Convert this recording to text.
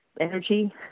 energy